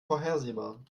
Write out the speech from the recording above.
vorhersehbar